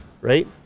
right